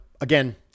again